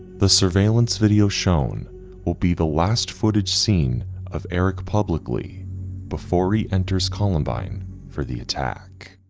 the surveillance video shown will be the last footage seen of eric publicly before he enters columbine for the attack.